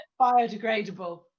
biodegradable